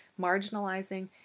marginalizing